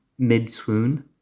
Mid-swoon